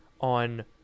on